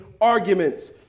arguments